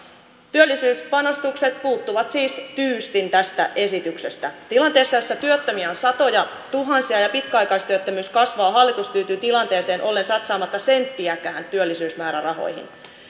työllisyyspanostukset puuttuvat siis tyystin tästä esityksestä tilanteessa jossa työttömiä on satojatuhansia ja pitkäaikaistyöttömyys kasvaa hallitus tyytyy tilanteeseen ollen satsaamatta senttiäkään työllisyysmäärärahoihin